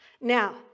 Now